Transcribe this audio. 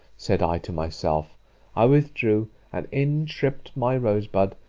said i to myself i withdrew and in tript my rose-bud,